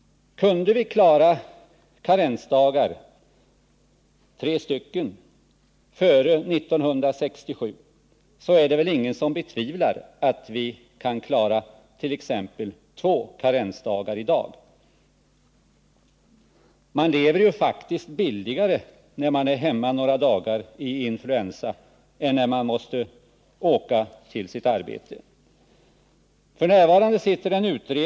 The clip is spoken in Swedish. Ingen betvivlar väl att vi, då vi kunde klara tre karensdagar före 1967, i dag kan klara t.ex. två. Man lever ju faktiskt billigare när man är hemma några dagar i influensa än om man åker till arbetet.